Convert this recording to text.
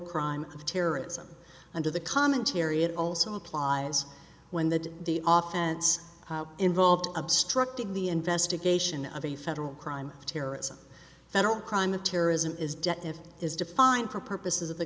crime of terrorism under the commentary it also applies when the the off involved obstructing the investigation of a federal crime of terrorism federal crime of terrorism is debt if it is defined for purposes of the